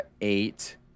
eight